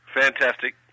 Fantastic